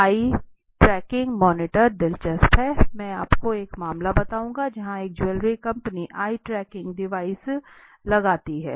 आई tracking monitor दिलचस्प है मैं आपको एक मामला बताऊंगा जहां एक jewellery company eye tracking device लगाती है